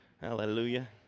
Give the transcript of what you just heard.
Hallelujah